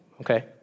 okay